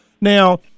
Now